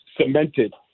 cemented